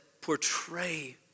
portray